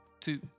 two